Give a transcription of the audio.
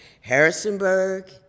Harrisonburg